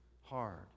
hard